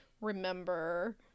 remember